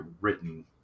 written